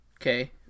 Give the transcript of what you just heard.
Okay